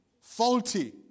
faulty